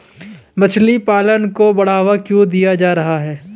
मछली पालन को बढ़ावा क्यों दिया जा रहा है?